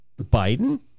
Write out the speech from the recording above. Biden